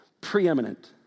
Preeminent